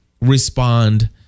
respond